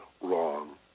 wrong